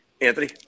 Anthony